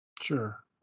Sure